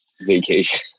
vacation